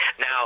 Now